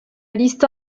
liste